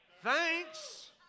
Thanks